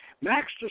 Max